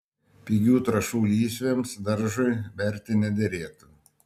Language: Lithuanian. pigių trąšų lysvėms daržui berti nederėtų